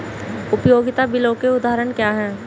उपयोगिता बिलों के उदाहरण क्या हैं?